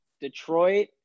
Detroit